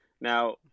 Now